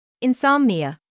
Insomnia